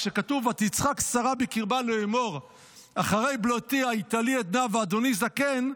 שכתוב: "ותצחק שרה בקרבה לאמר אחרי בְלֹתִי היתה לי עדנה ואדני זקן".